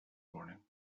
morning